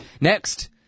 next